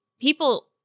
people